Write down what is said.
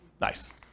Nice